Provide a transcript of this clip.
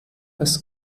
ist